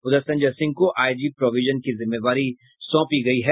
उधर संजय सिंह को IG provision की जिम्मेवारी सौंपी गयी है